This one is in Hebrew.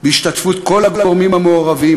בהשתתפות כל הגורמים המעורבים,